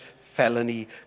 felony